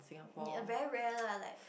a very rare lah like